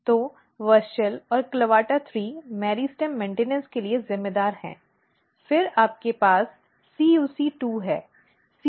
तो WUSCHEL और CLAVATA3 meristem रखरखाव के लिए जिम्मेदार हैं फिर आपके पास CUC2 है